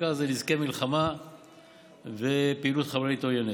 בעיקר נזקי מלחמה ופעילות חבלנית עוינת.